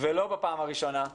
ולא בפעם הראשונה,